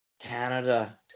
Canada